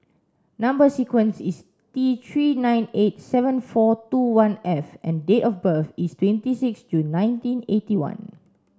number sequence is T three nine eight seven four two one F and date of birth is twenty six June nineteen eighty one